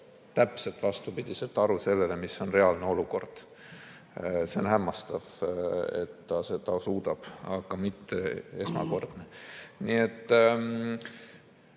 täpselt vastupidiselt sellele, mis on reaalne olukord. See on hämmastav, et ta seda suudab, aga mitte esmakordne. Nii et